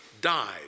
died